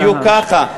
בדיוק ככה.